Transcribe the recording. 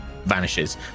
vanishes